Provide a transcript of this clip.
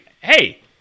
hey